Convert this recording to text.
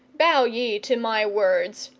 bow ye to my words,